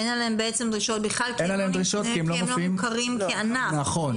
אין עליהם דרישות בכלל כי הם לא מוכרים כענף -- נכון.